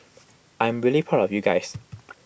I'm really proud of you guys